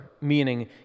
meaning